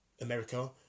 America